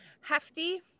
hefty